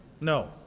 No